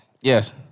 Yes